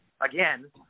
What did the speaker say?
again